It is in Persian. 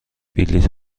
بلیط